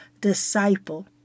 disciple